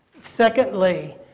Secondly